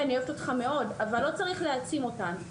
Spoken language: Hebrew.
אני רוצה להעלות את מיכל מנקס, מהשלטון המקומי.